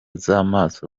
z’amaso